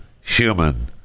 human